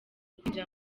kwinjira